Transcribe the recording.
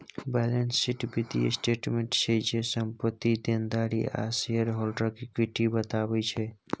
balance sheet बित्तीय statement छै जे, संपत्ति, देनदारी आ शेयर हॉल्डरक इक्विटी बताबै छै